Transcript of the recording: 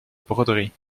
broderie